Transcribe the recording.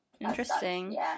Interesting